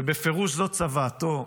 ובפירוש זו צוואתו: